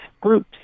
groups